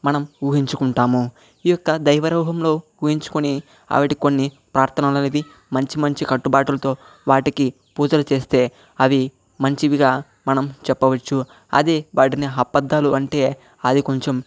మనం ఊహించుకుంటాము ఈ యొక్క దైవరూహంలో ఊహించుకొని అవిటి కొన్ని ప్రార్థనలనేది మంచి మంచి కట్టుబాటులతో వాటికి పూజలు చేస్తే అవి మంచివిగా మనం చెప్పవచ్చు అదే వాటిని అపద్ధాలు అంటే అది కొంచెం